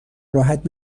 راحت